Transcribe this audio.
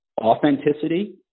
authenticity